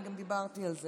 ואני גם דיברתי על זה.